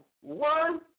one